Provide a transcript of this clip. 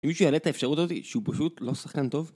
אם מישהו יראה את האפשרות הזו, שהוא פשוט לא שחקן טוב.